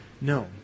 No